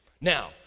Now